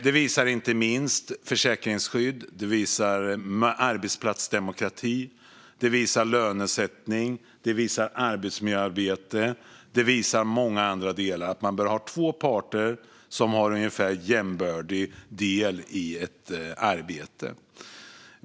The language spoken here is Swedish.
Det visar inte minst försäkringsskydd, arbetsplatsdemokrati, lönesättning, arbetsmiljöarbete och många andra delar. Allt detta visar att man bör ha två parter som har en ungefär jämbördig del i ett arbete.